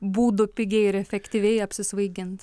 būdų pigiai ir efektyviai apsisvaigint